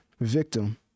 victim